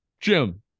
Jim